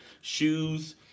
Shoes